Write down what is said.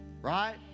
Right